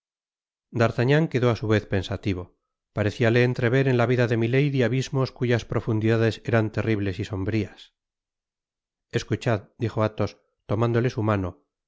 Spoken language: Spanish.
d'artagnan quedó á su vez pensativo pareciale entrever en la vida de milady abismos cuyas profundidades eran terribles y sombrias escuchad dijo athos tomándole su mano